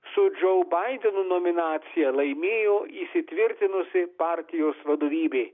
su džo baidenu nominacija laimėjo įsitvirtinusi partijos vadovybė